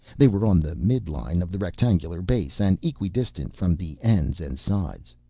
they were on the midline of the rectangular base, and equidistant from the ends and sides.